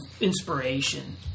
inspiration